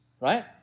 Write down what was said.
right